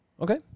Okay